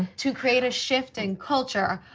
to create a shifting culture,